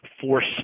force